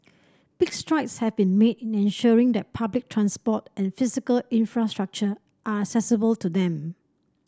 big strides have been made in ensuring that public transport and physical infrastructure are accessible to them